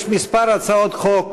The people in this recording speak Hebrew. יש כמה הצעות חוק